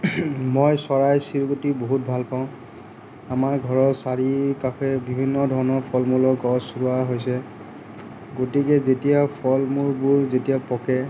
মই চৰাই চিৰিকটি বহুত ভাল পাওঁ আমাৰ ঘৰৰ চাৰিকাষে বিভিন্ন ধৰণৰ ফল মূলৰ গছ ৰোৱা হৈছে গতিকে যেতিয়া ফল মূলবোৰ যেতিয়া পকে